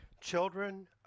Children